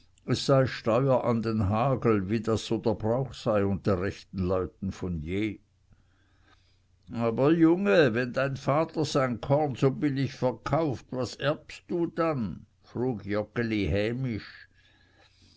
steuer an den hagel wie das so der brauch sei unter rechten leuten von je aber junge wenn dein vater sein korn so billig verkauft was erbst du dann frug